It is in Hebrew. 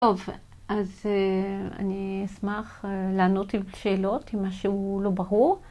טוב, אז אני אשמח לענות על שאלות אם משהו לא ברור.